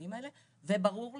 ביעדים האלה, וברור לי,